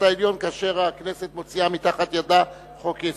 העליון כאשר הכנסת מוציאה מתחת ידה חוק-יסוד.